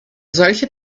solche